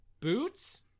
Boots